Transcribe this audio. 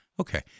okay